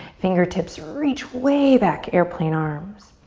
fingertips reach way back. airplane arms.